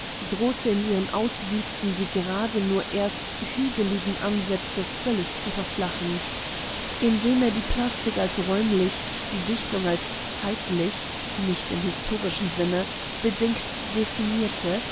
drohte in ihren auswüchsen die gerade nur erst hügeligen ansätze einer neuen dichtung völlig zu verflachen indem er die plastik als räumlich die dichtung als zeitlich nicht im historischen sinne bedingt